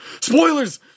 Spoilers